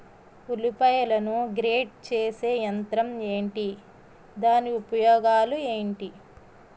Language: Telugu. ఉల్లిపాయలను గ్రేడ్ చేసే యంత్రం ఏంటి? దాని ఉపయోగాలు ఏంటి?